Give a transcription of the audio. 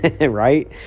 right